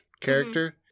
character